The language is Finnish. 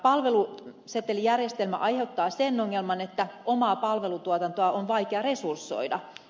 palvelusetelijärjestelmä aiheuttaa sen ongelman että omaa palvelutuotantoa on vaikea resursoida